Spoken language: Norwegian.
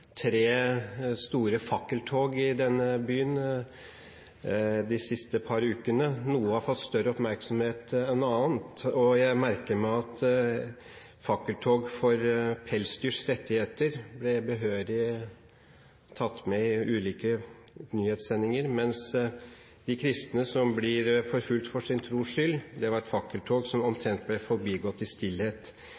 fått større oppmerksomhet enn annet. Jeg merker meg at fakkeltog for pelsdyrs rettigheter ble behørig tatt med i ulike nyhetssendinger, mens fakkeltoget for de kristne som blir forfulgt for sin tros skyld, var noe som ble forbigått i stillhet i den norske offentlighet. Så derfor takk til utenriksministeren for det